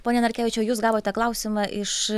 pone narkevičiau jūs gavote klausimą iš